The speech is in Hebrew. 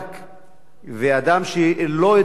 ואדם שלא יודע מה הוא אומר,